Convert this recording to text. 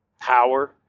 power